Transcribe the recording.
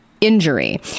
injury